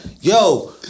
Yo